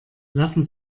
lassen